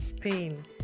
pain